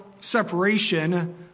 separation